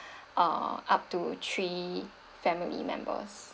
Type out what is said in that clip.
uh up to three family members